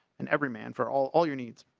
and every man for all all your needs.